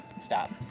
Stop